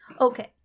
Okay